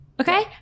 Okay